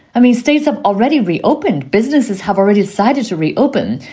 i mean, states have already reopened, businesses have already decided to reopen,